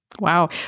Wow